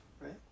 right